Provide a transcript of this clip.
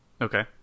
Okay